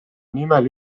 nimel